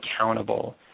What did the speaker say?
accountable